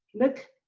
nick,